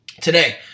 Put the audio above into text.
today